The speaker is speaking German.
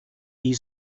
die